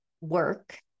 work